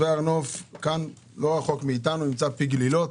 לא רחוק מאתנו נמצא פי גלילות